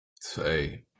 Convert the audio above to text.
say